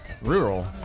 rural